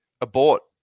abort